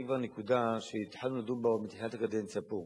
זו כבר נקודה שהתחלנו לדון בה עוד בתחילת הקדנציה פה.